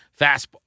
Fastball